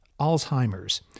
Alzheimer's